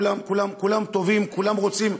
כולם טובים, כולם רוצים,